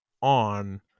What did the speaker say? on